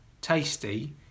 tasty